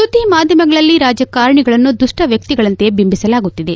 ಸುದ್ದಿ ಮಾಧ್ವಮಗಳಲ್ಲಿ ರಾಜಕಾರಣಿಗಳನ್ನು ದುಷ್ಟ ವ್ವಕ್ತಿಗಳಂತೆ ಬಿಂಬಿಸಲಾಗುತ್ತಿದೆ